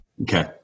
Okay